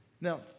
Now